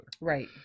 Right